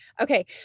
Okay